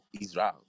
Israel